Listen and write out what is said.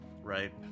right